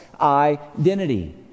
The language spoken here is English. identity